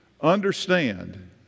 understand